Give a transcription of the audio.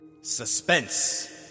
suspense